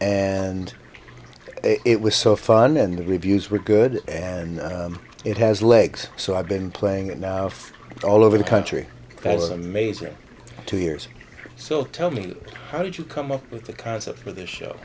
and it was so fun and the reviews were good and it has legs so i've been playing it now all over the country that's amazing two years so tell me how did you come up with the concept for this show